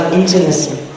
intimacy